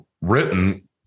written